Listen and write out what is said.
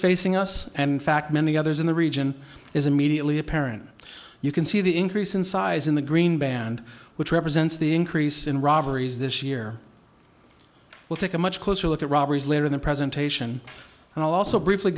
facing us and fact many others in the region is immediately apparent you can see the increase in size in the green band which represents the increase in robberies this year we'll take a much closer look at robberies later in the presentation and also briefly